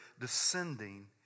descending